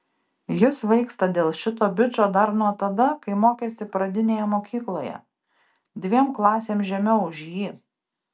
ji svaigsta dėl šito bičo dar nuo tada kai mokėsi pradinėje mokykloje dviem klasėm žemiau už jį